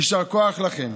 יישר כוח לכם.